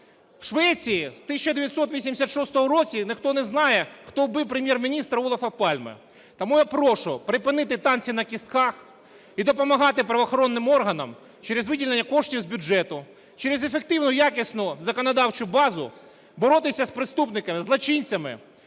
В Швеції в 1986 році ніхто не знає, хто убив прем'єр-міністраУлофа Пальме. Тому я прошу припинити "танці на кістках" і допомагати правоохоронним органам через виділення коштів з бюджету, через ефективну і якісну законодавчу базу боротися зпреступниками, злочинцями